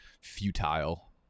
futile